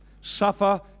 suffer